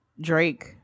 Drake